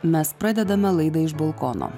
mes pradedame laidą iš balkono